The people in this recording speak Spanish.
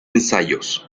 ensayos